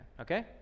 Okay